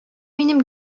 минем